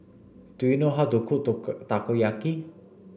do you know how to cook Takoyaki